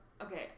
Okay